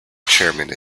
chairman